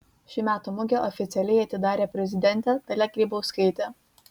šių metų mugę oficialiai atidarė prezidentė dalia grybauskaitė